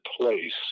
place